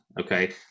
okay